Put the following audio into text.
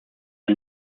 are